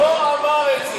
הוא לא אמר את זה.